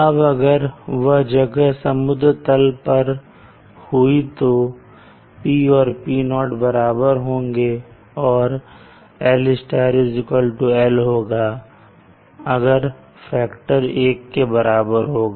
अब अगर वह जगह समुद्र तल पर हुई तो P और P0 बराबर होंगे और इसलिए ll होगा अगर फैक्टर 1 के बराबर होगा